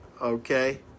okay